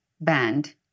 band